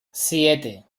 siete